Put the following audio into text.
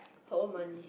her own money